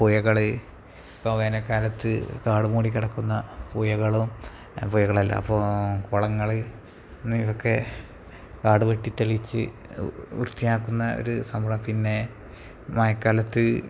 പുഴകള് ഇപ്പോള് വേനല്ക്കാലത്ത് കാട് മൂടിക്കിടക്കുന്ന പുഴകളും പുഴകളെല്ലാം അപ്പോള് കുളങ്ങള് ഇതൊക്കെ കാട് വെട്ടിത്തെളിച്ച് വൃത്തിയാക്കുന്ന ഒരു സംഭവം പിന്നെ മഴക്കാലത്ത്